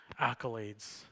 accolades